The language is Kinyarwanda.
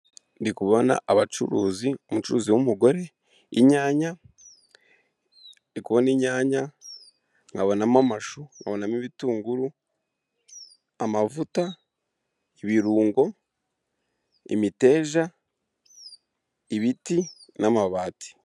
Ndi kubona abacuruzi, umucuruzi w'umugore, inyanya, ndi kubona inyanya, nkabonamo amashu, nkabonamo ibitunguru, amavuta, ibirungo, imiteja, ibiti n'amabati.